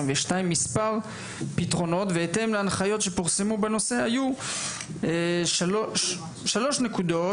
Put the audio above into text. מספר פתרונות בהתאם להנחיות שפורסמו בנושא היו שלוש נקודות: